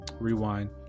rewind